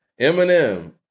Eminem